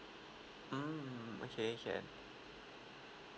mm okay can